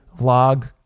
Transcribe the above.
log